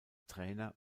trainer